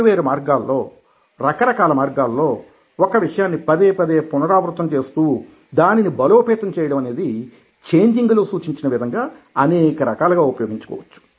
వేరు వేరు మార్గాలలో రకరకాల మార్గాలలో ఒక విషయాన్ని పదే పదే పునరావృతం చేస్తూ దానిని బలో పేతం చేయడం అనేది ఛేంజింగ్లోసూచించిన విధంగా అనేక రకాలుగా ఉపయోగించుకోవచ్చు